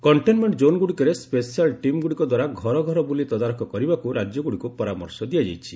containment ଜୋନ୍ଗୁଡ଼ିକରେ special ଟିମ୍ଗୁଡ଼ିକ ଦ୍ୱାରା ଘରଘର ବୁଲି ତଦାରଖ କରିବାକୁ ରାଜ୍ୟଗୁଡ଼ିକୁ ପରାମର୍ଶ ଦିଆଯାଇଛି